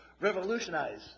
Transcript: revolutionize